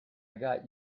got